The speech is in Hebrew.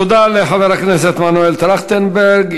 תודה לחבר הכנסת מנואל טרכטנברג.